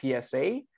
PSA